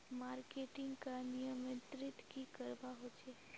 Marketing का नियंत्रण की करवा होचे?